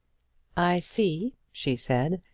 i see, she said,